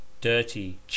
dirty